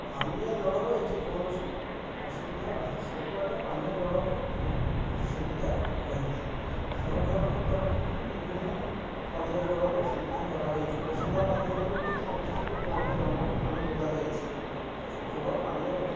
ପାନୀୟ ଜଳର ଏଇଠି କୌଣସି ଅସୁବିଧା ନାହିଁ ସବୁଆଡ଼େ ପାନୀୟ ଜଳର ସୁବିଧା ରହିଛି ସରକାରଙ୍କ ତରଫରୁ ବି ବିଭିନ୍ନ ପାନୀୟ ଜଳର ସୁବିଧା କରାଯାଇଛିି ବସୁଧା ମାଧ୍ୟମରେ ବି ସମସ୍ତଙ୍କୁ ଗ୍ରାମ ଗ୍ରାମକୁ ପାଣି ଯୋଗାଯାଇଛି ଏଇଠି ଭଲ ପାନୀୟର